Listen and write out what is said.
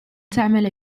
تعمل